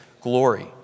glory